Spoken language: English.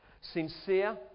sincere